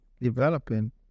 developing